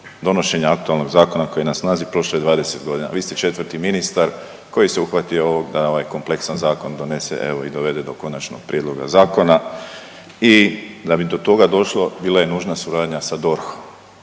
donošenja aktualnog zakona koji je na snazi prošlo je 20 godina. Vi ste četvrti ministar koji se uhvatio ovog da ovaj kompleksan zakon donese evo i dovede do konačnog prijedloga zakona i da bi do toga došlo bila je nužna suradnja sa DORH-om.